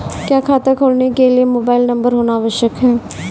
क्या खाता खोलने के लिए मोबाइल नंबर होना आवश्यक है?